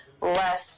less